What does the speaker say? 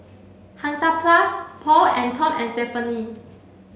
Hansaplast Paul and Tom and Stephanie